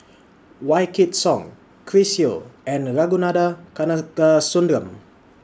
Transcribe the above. Wykidd Song Chris Yeo and Ragunathar Kanagasuntheram